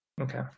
Okay